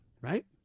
right